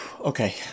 Okay